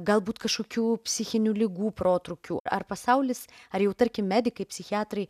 galbūt kažkokių psichinių ligų protrūkių ar pasaulis ar jau tarkim medikai psichiatrai